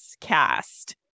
cast